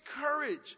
courage